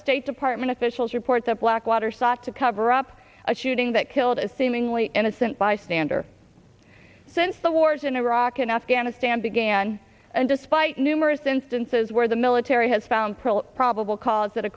state department officials report that blackwater sought to cover up a shooting that killed a seemingly innocent bystander since the wars in iraq and afghanistan began and despite numerous instances where the military has found pearl probable cause that a